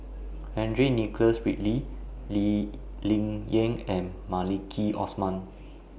Henry Nicholas Ridley Lee Ling Yen and Maliki Osman